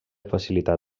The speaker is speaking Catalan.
facilitar